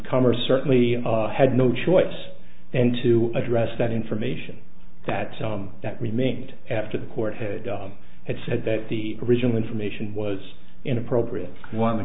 commerce certainly had no choice and to address that information that that remained after the court had had said that the original information was inappropriate w